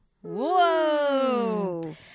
Whoa